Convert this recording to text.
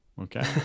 Okay